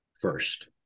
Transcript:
first